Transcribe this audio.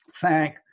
thank